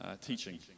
teaching